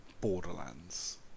Borderlands